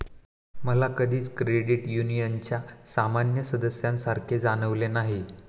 मला कधीच क्रेडिट युनियनच्या सामान्य सदस्यासारखे जाणवले नाही